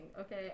okay